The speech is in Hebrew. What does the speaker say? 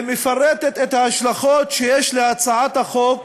שמפורטות בה ההשלכות שיש להצעת החוק